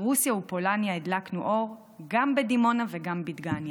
מרוסיה ופולניה / הדלקנו אור גם בדימונה וגם בדגניה".